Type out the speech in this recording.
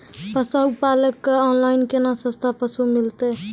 पशुपालक कऽ ऑनलाइन केना सस्ता पसु मिलतै?